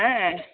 ஆ